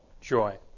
joy